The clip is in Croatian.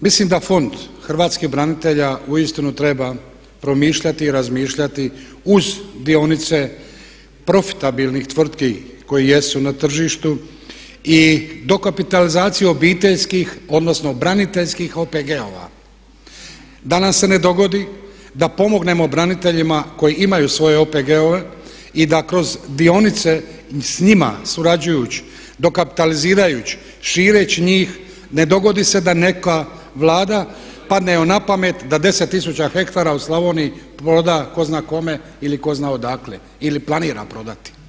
Mislim da Fond hrvatskih branitelja uistinu treba promišljati i razmišljati uz dionice profitabilnih tvrtki koje jesu na tržištu i dokapitalizaciju obiteljskih odnosno braniteljskih OPG-ova da nam se ne dogodi da pomognemo braniteljima koji imaju svoje OPG-ove i da kroz dionice s njima surađujuć, dokapitalizirajuć, šireć njih ne dogodi se da neka Vlada, padne joj napamet da 10 tisuća ha u Slavoniji proda tko zna kome ili tko zna odakle ili planira prodati.